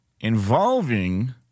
involving –